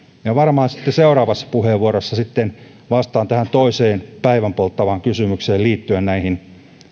ja varmaan sitten seuraavassa puheenvuorossa vastaan tähän toiseen päivänpolttavaan kysymykseen liittyen näihin